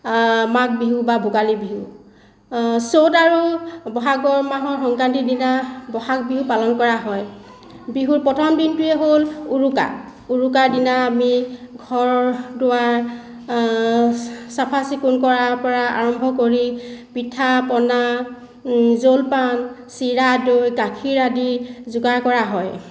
মাঘ বিহু বা ভোগালী বিহু চ'ত আৰু ব'হাগৰ মাহৰ সংক্ৰান্তিৰ দিনা ব'হাগৰ বিহু পালন কৰা হয় বিহুৰ প্ৰথম দিনটোৱেই হ'ল উৰুকা উৰুকাৰ দিনা আমি ঘৰ দুৱাৰ চাফা চিকুণ কৰাৰ পৰা আৰম্ভ কৰি পিঠা পনা জলপান চিৰা দৈ গাখীৰ আদি যোগাৰ কৰা হয়